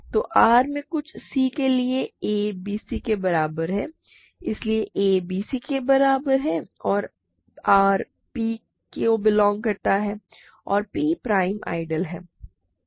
तो R में कुछ c के लिए a bc के बराबर है इसलिए a bc के बराबर और r P को बिलोंग करता है और P प्राइम आइडियल है